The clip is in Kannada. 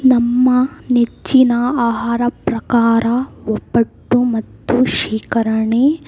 ನಮ್ಮ ನೆಚ್ಚಿನ ಆಹಾರ ಪ್ರಕಾರ ಒಬ್ಬಟ್ಟು ಮತ್ತು ಶ್ರೀಕರಣಿ